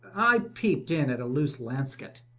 i peept in at a loose lansket.